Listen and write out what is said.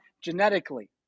genetically